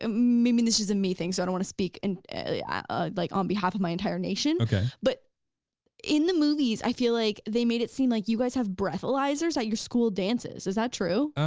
and maybe and this is a me thing, so i don't wanna speak on and yeah ah like um behalf of my entire nation, but in the movies, i feel like they made it seem like you guys have breathalyzers at your school dances, is that true?